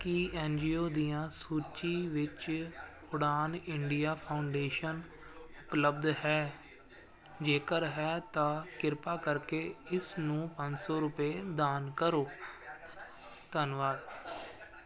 ਕੀ N G O ਦੀਆਂ ਸੂਚੀ ਵਿੱਚ ਉਡਾਣ ਇੰਡੀਆ ਫਾਉਂਡੇਸ਼ਨ ਉਪਲੱਬਧ ਹੈ ਜੇਕਰ ਹੈ ਤਾਂ ਕਿਰਪਾ ਕਰਕੇ ਇਸ ਨੂੰ ਪੰਜ ਸੌ ਰੁਪਏ ਦਾਨ ਕਰੋ ਧੰਨਵਾਦ